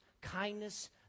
kindness